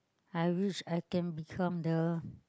I wish I can become the